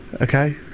Okay